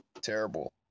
Terrible